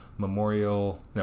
Memorial